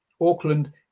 Auckland